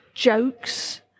jokes